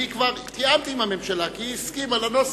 אני כבר תיאמתי עם הממשלה, כי היא הסכימה לנוסח.